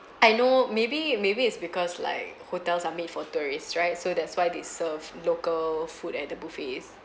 I know maybe maybe it's because like hotels are made for tourists right so that's why they serve local food at the buffets